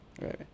right